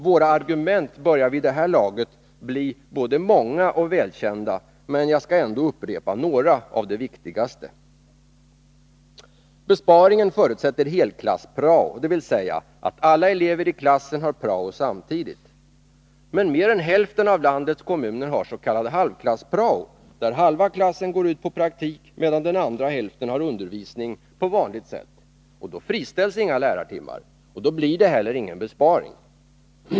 Våra argument börjar vid det här laget bli både många och välkända, men jag skall ändå upprepa några av de viktigaste. Besparingen förutsätter helklass-prao, dvs. att alla elever i klassen har prao samtidigt. Men mer än hälften av landets kommuner har s.k. halvklass-prao, där halva klassen går ut på praktik, medan den andra hälften har undervisning på vanligt sätt. Då friställs inga lärartimmar, och det blir heller ingen besparing.